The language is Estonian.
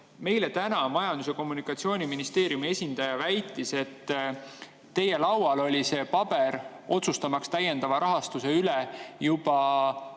Meile täna Majandus‑ ja Kommunikatsiooniministeeriumi esindaja väitis, et teie laual oli see paber, otsustamaks täiendava rahastuse üle, juba